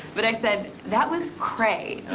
but i say that was cray.